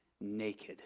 naked